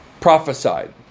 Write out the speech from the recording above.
Prophesied